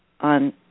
on